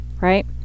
right